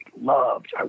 loved